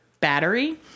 battery